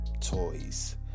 toys